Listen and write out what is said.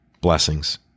Blessings